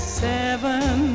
seven